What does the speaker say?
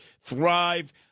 Thrive